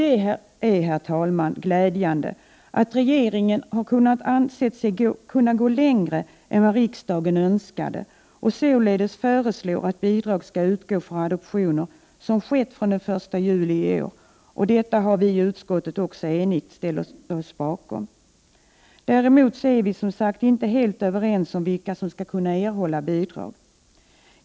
Det är, herr talman, glädjande att regeringen har ansett sig kunna gå längre än vad riksdagen önskade och således föreslår att bidrag skall utgå för adoptioner som skett efter den 1 juli i år. Detta har vi i utskottet också enigt ställt oss bakom. Däremot är vi inte helt överens om vilka som skall kunna erhålla bidrag.